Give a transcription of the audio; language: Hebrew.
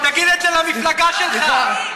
תגיד את זה למפלגה שלך.